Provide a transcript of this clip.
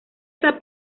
esa